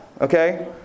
okay